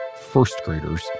first-graders